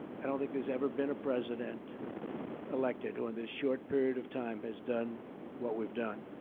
i don't think there's ever been a president elected who, in this short period of time, has done what we've done.